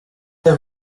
the